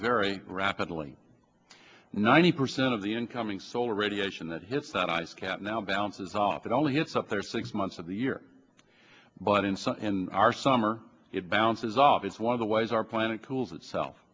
very rapidly ninety percent of the incoming solar radiation that hits that ice cap now bounces off it only gets up there six months of the year but inside and our summer it bounces off it's one of the ways our planet cools itself